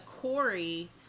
Corey